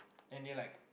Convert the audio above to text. then they like